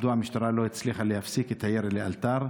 2. מדוע המשטרה לא הצליחה להפסיק את הירי לאלתר?